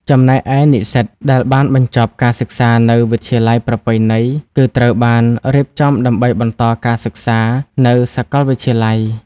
ចំណែកឯនិស្សិតដែលបានបញ្ចប់ការសិក្សានៅ វិទ្យាល័យប្រពៃណី គឺត្រូវបាន រៀបចំដើម្បីបន្តការសិក្សា នៅសាកលវិទ្យាល័យ។